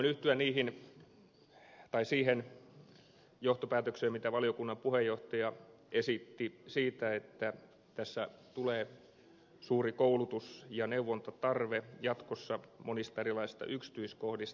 voin yhtyä siihen johtopäätökseen jonka valiokunnan puheenjohtaja esitti siitä että tässä tulee suuri koulutus ja neuvontatarve jatkossa monissa erilaisissa yksityiskohdissa